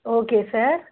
okay sir